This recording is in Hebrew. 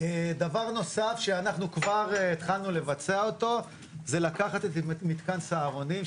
דבר נוסף שכבר התחלנו לבצע זה לקחת את מתקן סהרונים,